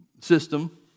system